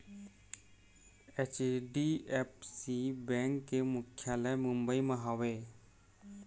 HDFC bank के मुख्यालय मुंबई म हवय